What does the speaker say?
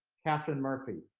katharine murphy.